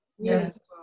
Yes